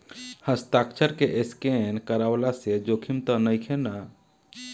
हस्ताक्षर के स्केन करवला से जोखिम त नइखे न?